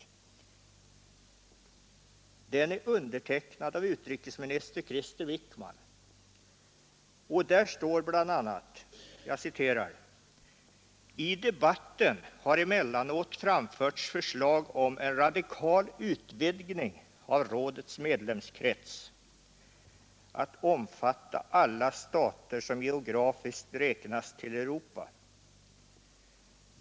Den är undertecknad av utrikesminister Krister Wickman och där står bl.a.: ”I debatten har emellanåt framförts förslag om en radikal utvidgning av rådets medlemskrets att omfatta alla stater som geografiskt räknas till Europa.